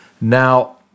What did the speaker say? Now